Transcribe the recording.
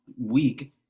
week